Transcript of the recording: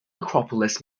acropolis